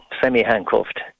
semi-handcuffed